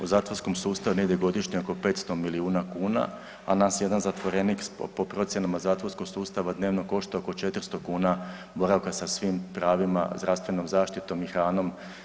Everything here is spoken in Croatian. U zatvorskom sustavu negdje godišnje oko 500 milijuna kuna, a nas jedan zatvorenik po procjenama zatvorskog sustava dnevno košta oko 400 kuna boravka sa svim pravima, zdravstvenom zaštitom i hranom.